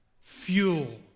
fuel